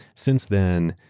since then,